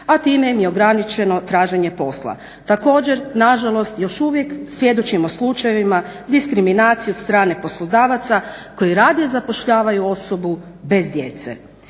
a time im je i ograničeno traženje posla. Također, nažalost još uvijek svjedočimo slučajevima diskriminacije od strane poslodavaca koji radije zapošljavaju osobu bez djece.